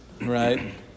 right